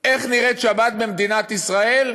איך נראית שבת במדינת ישראל,